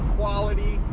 quality